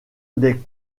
des